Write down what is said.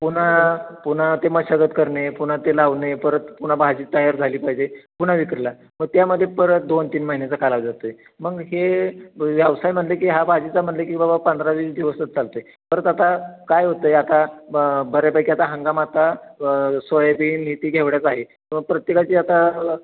पुन्हा पुन्हा ते मशागत करणे पुन्हा ते लावणे परत पुन्हा भाजी तयार झाली पाहिजे पुन्हा विक्रीला मग त्यामध्ये परत दोन तीन महिन्याचा कालावधी जातो आहे मग हे व्यवसाय म्हणलं की हा भाजीचा म्हणलं की बाबा पंधरा वीस दिवसच चालतो आहे परत आता काय होतं आहे आता ब बऱ्यापैकी आता हंगाम आता सोयाबीन ही ती घेवडाच आहे प्रत्येकाची आता